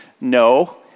No